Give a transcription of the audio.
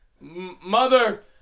Mother